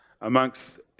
amongst